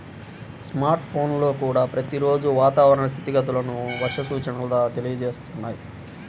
smart ఫోన్లల్లో కూడా ప్రతి రోజూ వాతావరణ స్థితిగతులను, వర్ష సూచనల తెలియజేస్తున్నారు